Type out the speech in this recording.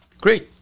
great